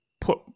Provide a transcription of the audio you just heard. put